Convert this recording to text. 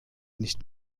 nicht